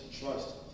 trust